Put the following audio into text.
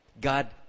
God